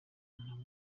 ntabwo